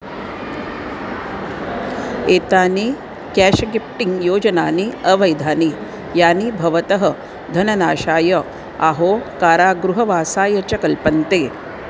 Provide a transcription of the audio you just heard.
एतानि cash gifting योजनानि अवैधानि यानि भवतः धननाशाय आहो कारागृहवासाय च कल्पन्ते